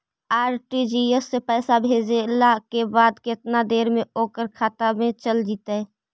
RTGS से पैसा भेजला के बाद केतना देर मे ओकर खाता मे चल जितै?